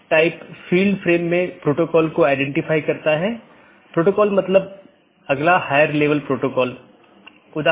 तो इस ईजीपी या बाहरी गेटवे प्रोटोकॉल के लिए लोकप्रिय प्रोटोकॉल सीमा गेटवे प्रोटोकॉल या BGP है